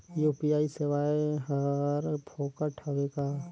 UPI सेवाएं हर फोकट हवय का?